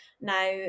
Now